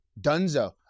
Dunzo